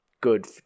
good